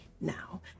now